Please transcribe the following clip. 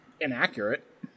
inaccurate